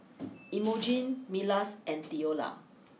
Imogene Milas and Theola